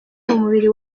mubiri